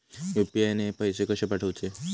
UPI ने पैशे कशे पाठवूचे?